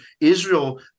Israel